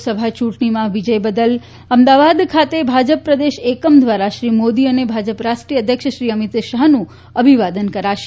લોકસભા ચૂંટણીમાં વિજય બદલ અમદાવાદ ખાતે ભાજપ પ્રદેશ એકમ દ્વારા શ્રી મોદી અને ભાજપ રાષ્ટ્રીય અધ્યક્ષ શ્રી અમિત શાફનું અભિવાદન પણ કરાશે